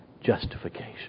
justification